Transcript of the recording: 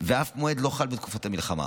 ואף מועד לא חל בתקופת המלחמה.